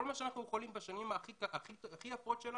מה שאנחנו יכולים בשנים הכי יפות שלנו,